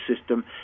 system